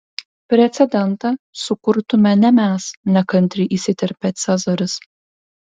precedentą sukurtume ne mes nekantriai įsiterpė cezaris